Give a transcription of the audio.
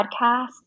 podcast